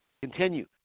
Continue